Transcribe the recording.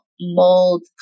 mold